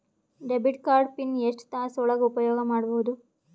Debit card PIN ಎಷ್ಟ ತಾಸ ಒಳಗ ಉಪಯೋಗ ಮಾಡ್ಬಹುದು?